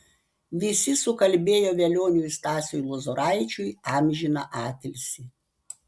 visi sukalbėjo velioniui stasiui lozoraičiui amžiną atilsį